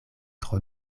tro